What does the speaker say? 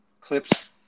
clips